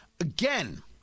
Again